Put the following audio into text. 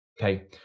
Okay